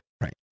Right